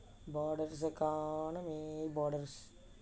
borders borders